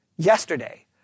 Yesterday